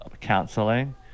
counseling